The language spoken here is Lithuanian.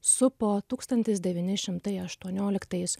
supo tūkstantis devyni šimtai aštuonioliktais